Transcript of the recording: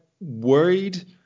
worried